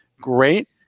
great